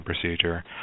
procedure